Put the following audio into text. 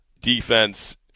defense